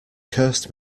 cursed